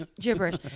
gibberish